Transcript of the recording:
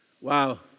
Wow